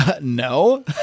No